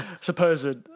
Supposed